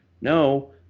no